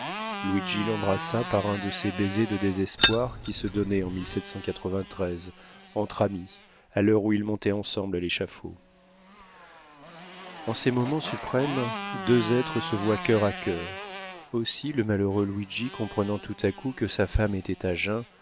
luigi l'embrassa par un de ces baisers de désespoir qui se donnaient en entre amis à l'heure où ils montaient ensemble à l'échafaud en ces moments suprêmes deux êtres se voient coeur à coeur aussi le malheureux luigi comprenant tout à coup que sa femme était à jeun